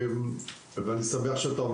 ואני שמח שאתה,